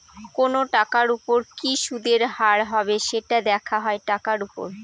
কোনো টাকার উপর কি সুদের হার হবে, সেটা দেখা হয় টাকার উপর